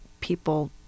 people